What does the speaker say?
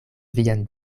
vian